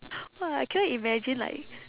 !wah! I cannot imagine like